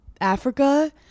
Africa